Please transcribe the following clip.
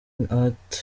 minnaert